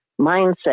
mindset